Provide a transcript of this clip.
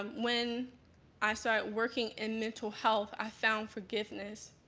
um when i start working in mental health, i found forgiveness.